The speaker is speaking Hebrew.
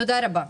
תודה רבה.